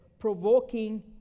provoking